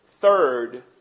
Third